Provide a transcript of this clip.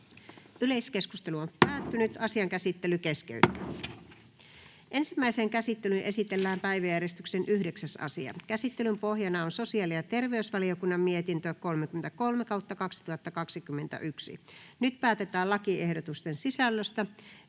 sekä niihin liittyviksi laeiksi Time: N/A Content: Ensimmäiseen käsittelyyn esitellään päiväjärjestyksen 9. asia. Käsittelyn pohjana on sosiaali- ja terveysvaliokunnan mietintö StVM 33/2021 vp. Nyt päätetään lakiehdotusten sisällöstä.